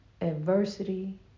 adversity